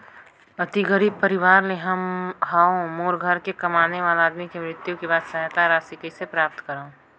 अति गरीब परवार ले हवं मोर घर के कमाने वाला आदमी के मृत्यु के बाद सहायता राशि कइसे प्राप्त करव?